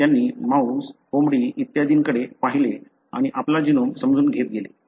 त्यांनी माऊस कोंबडी इत्यादींकडे पाहिले आणि आपला जीनोम समजून घेत गेले